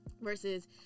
versus